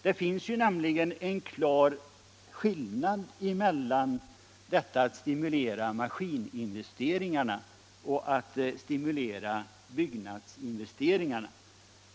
Det finns nämligen en klar skillnad mellan att stimulera maskininvesteringarna och att stimulera byggnadsinvesteringarna.